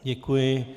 Děkuji.